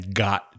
got